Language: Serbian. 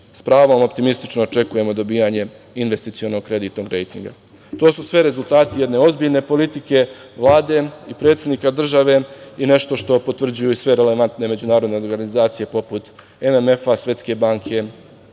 s pravom optimistično očekujemo dobijanje investicionog kreditnog rejtinga. To su sve rezultati jedne ozbiljne politike Vlade i predsednika države i nešto što potvrđuju sve relevantne međunarodne organizacije poput MMF, Svetske banke